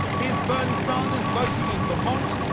here's bernie sanders, voting in vermont.